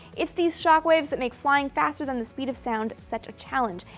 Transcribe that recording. it's these shock waves that make flying faster than the speed of sound such a challenge,